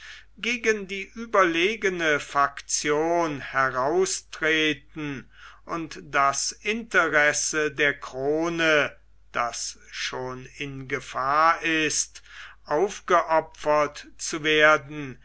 gegen die überlegene faktion heraustreten und das interesse der krone das schon in gefahr ist aufgeopfert zu werden